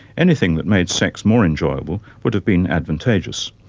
anything that made sex more enjoyable would have been advantageous.